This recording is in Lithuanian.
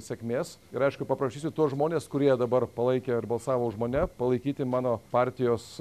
sėkmės ir aišku paprašysiu tuos žmones kurie dabar palaikė ir balsavo už mane palaikyti mano partijos